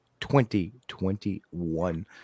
2021